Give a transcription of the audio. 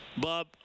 Bob